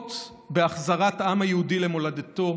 לראות בהחזרת העם היהודי למולדתו,